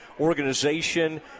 organization